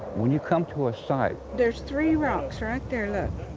when you come to a site. there's three rocks right there, look.